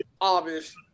obvious